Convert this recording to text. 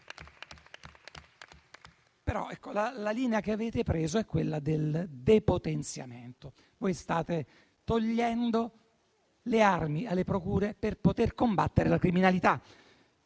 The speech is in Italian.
La linea che avete preso è però quella del depotenziamento. Voi state togliendo le armi alle procure per poter combattere la criminalità.